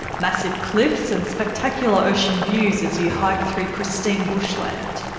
massive cliffs and spectacular ocean views as you hike through pristine bushland.